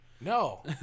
No